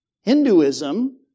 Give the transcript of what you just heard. Hinduism